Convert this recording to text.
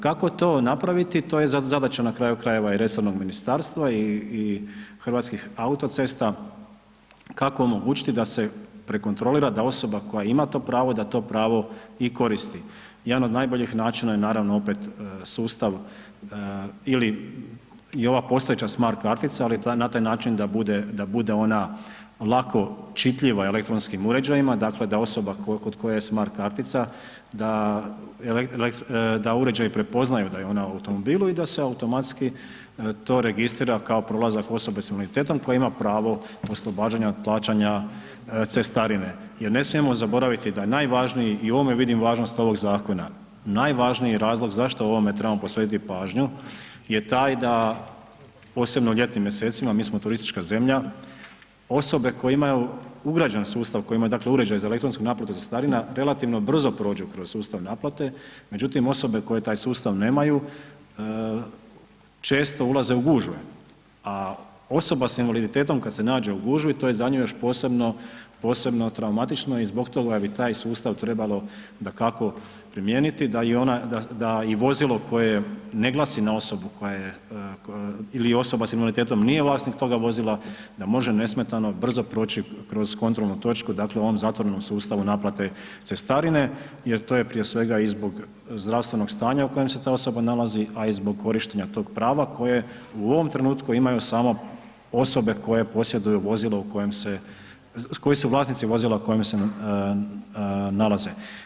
Kako to napraviti, to je zadaća na kraju krajeva i resornog ministarstva i, i Hrvatskih autocesta, kako omogućiti da se prekontrolira da osoba koja ima to pravo da to pravo i koristi, jedan od najboljih načina je naravno opet sustav ili i ova postojeća smart kartica, ali na taj način da bude, da bude ona lako čitljiva elektronskim uređajima, dakle da osoba kod koje je smart kartica da uređaji prepoznaju da je ona u automobilu i da se automatski to registrira kao prolazak osobe s invaliditetom koja ima pravo oslobađanja od plaćanja cestarine jer ne smijemo zaboraviti da je najvažniji i u ovome vidim važnost ovog zakona, najvažniji je razlog zašto ovome trebamo posvetiti pažnju je taj da, posebno u ljetnim mjesecima, mi smo turistička zemlja osobe koje imaju ugrađen sustav, kojima dakle uređaj za elektronsku naplatu cestarina relativno brzo prođe kroz sustav naplate, međutim osobe koje taj sustav nemaju često ulaze u gužve, a osoba s invaliditetom kad se nađe u gužvi to je za nju još posebno, posebno traumatično i zbog toga bi taj sustav trebalo dakako primijeniti da i ona, da, da i vozilo koje ne glasi na osobu koja je ili osoba s invaliditetom nije vlasnik toga vozila da može nesmetano brzo proći kroz kontrolnu točku, dakle u ovom zatvorenom sustavu naplate cestarine jer je to prije svega i zbog zdravstvenog stanja u kojem se ta osoba nalazi, a i zbog korištenja tog prava koje u ovom trenutku imaju samo osobe koje posjeduju vozilo u kojem se, koji su vlasnici vozila u kojem se nalaze.